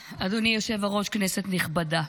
היושב-ראש, כנסת נכבדה,